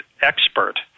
expert